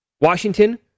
Washington